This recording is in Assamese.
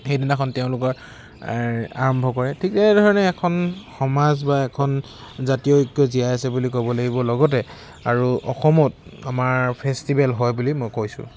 সেইদিনাখন তেওঁলোকৰ আৰম্ভ কৰে ঠিক তেনেধৰণে এখন সমাজ বা এখন জাতীয় ঐক্য জীয়াই আছে বুলি ক'ব লাগিব লগতে আৰু অসমত আমাৰ ফেষ্টিভেল হয় বুলি মই কৈছোঁ